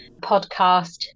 podcast